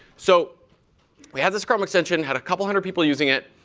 so we had this chrome extension, had a couple hundred people using it.